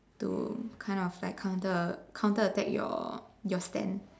to kind of like counter counter attack your your stand